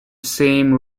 same